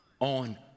On